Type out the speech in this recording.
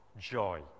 joy